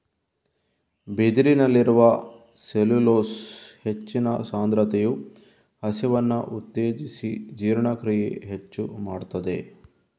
ಬಿದಿರಿನಲ್ಲಿರುವ ಸೆಲ್ಯುಲೋಸ್ನ ಹೆಚ್ಚಿನ ಸಾಂದ್ರತೆಯು ಹಸಿವನ್ನ ಉತ್ತೇಜಿಸಿ ಜೀರ್ಣಕ್ರಿಯೆ ಹೆಚ್ಚು ಮಾಡ್ತದೆ